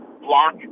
block